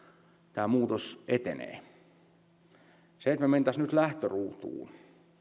tämä muutos etenee jos me menisimme nyt lähtöruutuun